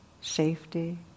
safety